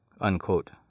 unquote